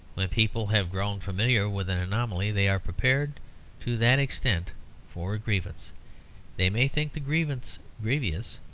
when people have grown familiar with an anomaly, they are prepared to that extent for a grievance they may think the grievance grievous,